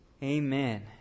Amen